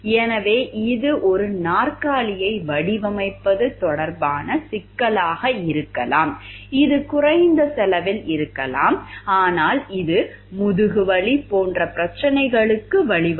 எனவே இது ஒரு நாற்காலியை வடிவமைப்பது தொடர்பான சிக்கலாக இருக்கலாம் இது குறைந்த செலவில் இருக்கலாம் ஆனால் இது முதுகுவலி போன்ற பிரச்சனைகளுக்கு வழிவகுக்கும்